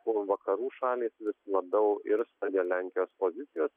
kol vakarų šalys labiau irzta dėl lenkijos pozicijos